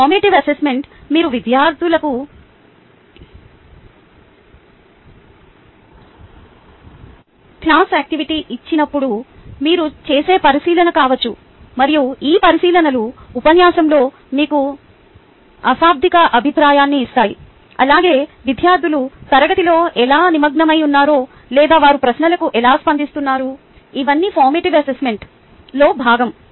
formative assessment మీరు విద్యార్థులకు class activity ఇచ్చినప్పుడు మీరు చేసే పరిశీలన కావచ్చు మరియు ఈ పరిశీలనలు ఉపన్యాసంలో మీకు అశాబ్దిక అభిప్రాయాన్ని ఇస్తాయి అలాగే విద్యార్థులు తరగతిలో ఎలా నిమగ్నమై ఉన్నారో లేదా వారు ప్రశ్నలకు ఎలా స్పందిస్తున్నారు ఇవన్నీ ఫార్మేటివ్ అసెస్మెంట్ లో భాగం